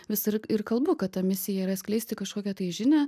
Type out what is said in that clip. vis ir ir kalbu kad ta misija yra skleisti kažkokią tai žinią